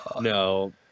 no